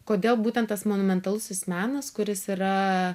kodėl būtent tas monumentalusis menas kuris yra